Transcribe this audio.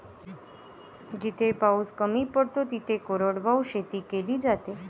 जिथे पाऊस कमी पडतो तिथे कोरडवाहू शेती केली जाते